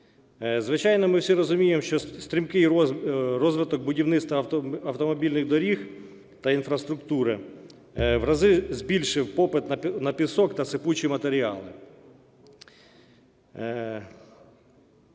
Звичайно, ми всі розуміємо, що стрімкий розвиток будівництва автомобільних доріг та інфраструктури в рази збільшив попит на пісок та сипучі матеріали.